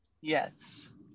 Yes